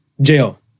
jail